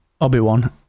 Obi-Wan